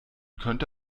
könnte